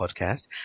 podcast